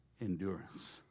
endurance